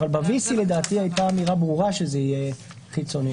ב-VC הייתה אמירה ברורה שזה יהיה חיצוני.